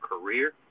career